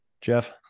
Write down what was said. Jeff